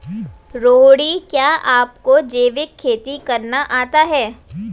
रोहिणी, क्या आपको जैविक खेती करना आता है?